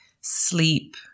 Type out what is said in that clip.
sleep